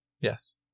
yes